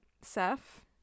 Seth